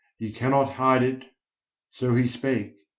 ye cannot hide it so he spake.